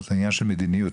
זה עניין של מדיניות,